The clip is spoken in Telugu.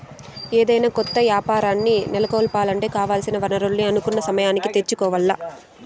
ఏదైనా కొత్త యాపారాల్ని నెలకొలపాలంటే కావాల్సిన వనరుల్ని అనుకున్న సమయానికి తెచ్చుకోవాల్ల